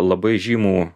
labai žymų